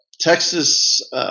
Texas